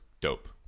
dope